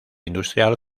industrial